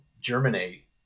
germinate